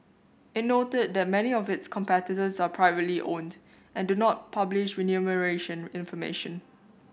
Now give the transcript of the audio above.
it noted that many of its competitors are privately owned and do not publish remuneration information